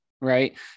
right